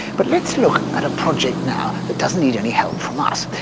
but let's look at a project now that doesn't need any help from us.